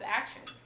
action